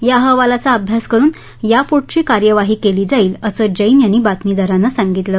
या अहवालाचा अभ्यास करुन यापुढची कार्यवाही केली जाईल असं जैन यांनी बातमीदारांना सांगितलं